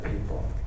people